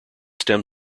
stem